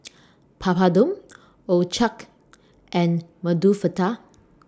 Papadum Ochazuke and Medu Vada